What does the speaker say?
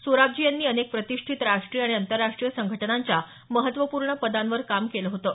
सोराबजी यांनी अनेक प्रतिष्ठीत राष्ट्रीय आणि आंतरराष्ट्रीय संघटनांच्या महत्त्वपूर्ण पदांवर काम केलं होतं